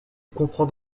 comprends